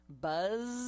Buzz